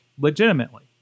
Legitimately